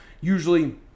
usually